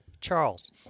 Charles